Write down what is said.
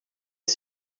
est